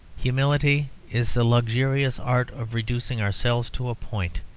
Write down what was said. humility is the luxurious art of reducing ourselves to a point,